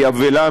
היא אבלה,